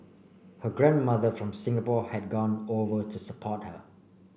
her grandmother from Singapore had gone over to support her